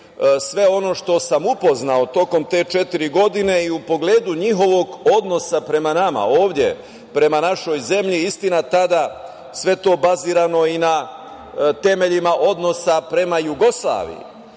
sve ono što sam upoznao tokom te četiri godine i u pogledu njihovom odnosu prema nama ovde, prema našoj zemlji. Istina, tada sve to je bazirano na temeljima odnosa prema Jugoslaviji. Dakle,